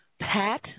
Pat